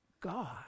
God